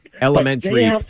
Elementary